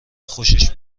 خوشش